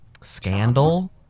scandal